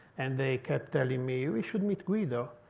and they kept telling me, we should meet guido.